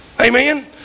Amen